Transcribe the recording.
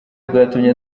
bwatumye